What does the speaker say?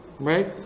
right